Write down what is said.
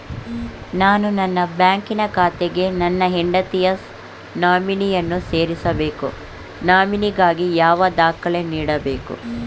ನಾನು ನನ್ನ ಬ್ಯಾಂಕಿನ ಖಾತೆಗೆ ನನ್ನ ಹೆಂಡತಿಯ ನಾಮಿನಿಯನ್ನು ಸೇರಿಸಬೇಕು ನಾಮಿನಿಗಾಗಿ ಯಾವ ದಾಖಲೆ ನೀಡಬೇಕು?